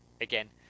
Again